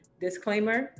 Disclaimer